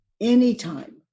anytime